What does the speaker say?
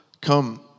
come